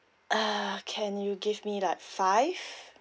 ah can you give me like five